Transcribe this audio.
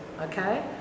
okay